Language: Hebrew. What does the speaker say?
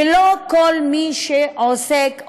ולא כל מי שעוסק,